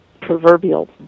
proverbial